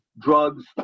drugs